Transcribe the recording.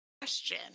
Question